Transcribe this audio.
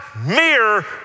mere